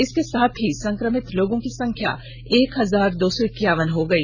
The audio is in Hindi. इसके साथ ही संक्रमित लोगों की संख्या एक हजार दो सौ इक्यावन हो गई